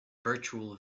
virtual